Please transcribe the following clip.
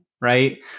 right